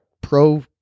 pro